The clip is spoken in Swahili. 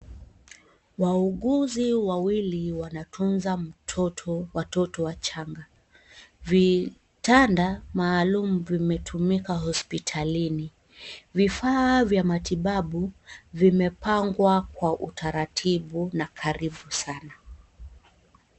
Wauuguzi wawili wanatunza watoto wachanga. Vitanda maalum vimetumika hospitalini. Vifaa vya matibabu vimepangwa kwa utaratibu na karibu Sana.